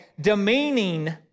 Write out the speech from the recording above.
demeaning